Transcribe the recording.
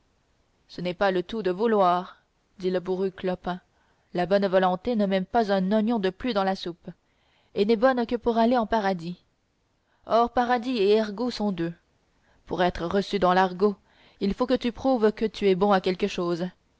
ce n'est pas le tout de vouloir dit le bourru clopin la bonne volonté ne met pas un oignon de plus dans la soupe et n'est bonne que pour aller en paradis or paradis et argot sont deux pour être reçu dans l'argot il faut que tu prouves que tu es bon à quelque chose